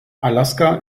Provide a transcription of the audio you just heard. alaska